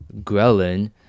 ghrelin